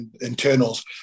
internals